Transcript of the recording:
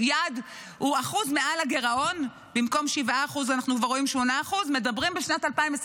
הוא אחוז מעל הגירעון: במקום 7% אנחנו כבר רואים 8% מדברים בשנת 2025